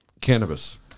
cannabis